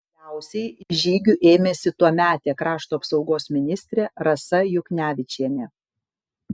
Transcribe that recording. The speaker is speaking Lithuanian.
galiausiai žygių ėmėsi tuometė krašto apsaugos ministrė rasa juknevičienė